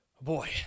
Boy